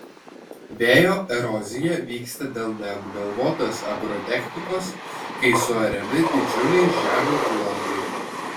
vėjo erozija vyksta dėl neapgalvotos agrotechnikos kai suariami didžiuliai žemių plotai